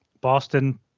Boston